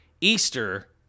Easter